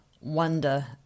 wonder